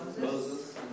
Moses